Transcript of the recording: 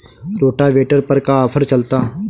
Rotavator पर का offer चलता?